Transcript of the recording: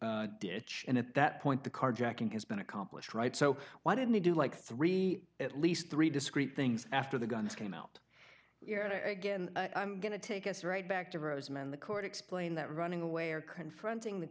the ditch and at that point the carjacking has been accomplished right so why didn't he do like three at least three discrete things after the guns came out again i'm going to take us right back to roseman the court explain that running away or confronting the